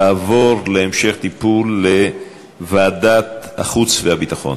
התשע"ו 2015, לוועדת החוץ והביטחון